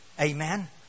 Amen